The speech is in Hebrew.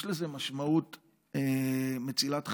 יש לזה משמעות מצילת חיים.